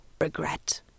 regret